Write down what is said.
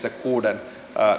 kuuden